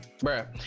Bruh